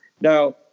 Now